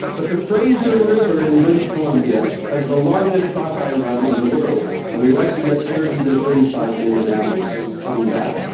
but the fraser river in british columbia has the largest sockeye run in the world, and we like to get thirty thirty five million animals coming back.